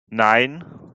nein